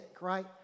right